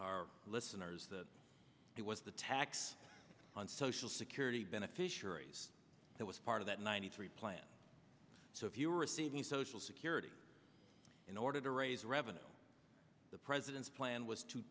our listeners that it was the tax on social security beneficiaries that was part of that ninety three plan so if you were receiving social security in order to raise revenue the president's plan was to